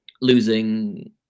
losing